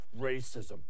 Racism